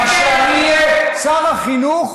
אז כשאני אהיה שר החינוך,